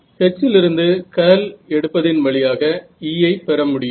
H லிருந்து curl எடுப்பதன் வழியாக E ஐ பெறமுடியும்